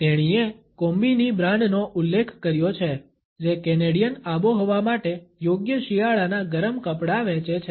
તેણીએ કોમ્બી ની બ્રાન્ડનો ઉલ્લેખ કર્યો છે જે કેનેડિયન આબોહવા માટે યોગ્ય શિયાળાનાં ગરમ કપડાં વેચે છે